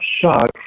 shock